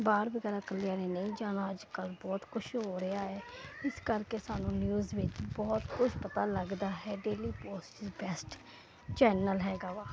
ਬਾਹਰ ਵਗੈਰਾ ਕੱਲਿਆਂ ਨੇ ਨਹੀਂ ਜਾਣਾ ਅੱਜ ਕੱਲ ਬਹੁਤ ਕੁਛ ਹੋ ਰਿਹਾ ਇਸ ਕਰਕੇ ਸਾਨੂੰ ਨਿਊਜ਼ ਵਿੱਚ ਬਹੁਤ ਕੁਝ ਪਤਾ ਲੱਗਦਾ ਹੈ ਡੇਲੀ ਪੋਸਟ ਬੈਸਟ ਚੈਨਲ ਹੈਗਾ ਵਾ